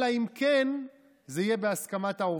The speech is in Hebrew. אלא אם כן זה יהיה בהסכמת העובד.